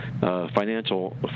financial